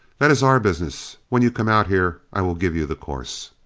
that is our business. when you come out here, i will give you the course.